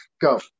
go